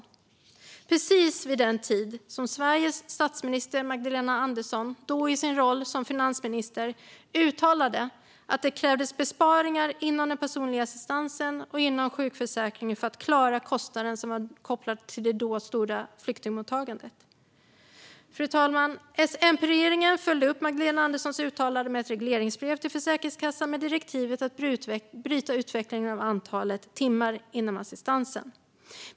Det var precis vid den tid som Sveriges statsminister Magdalena Andersson, då i sin roll som finansminister, uttalade att det krävdes besparingar inom den personliga assistansen och inom sjukförsäkringen för att klara kostnaderna som var kopplade till det då stora flyktingmottagandet. Fru talman! S-MP-regeringen följde upp Magdalena Anderssons uttalande med ett regleringsbrev till Försäkringskassan med direktivet att bryta utvecklingen av antalet timmar inom assistansen.